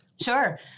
sure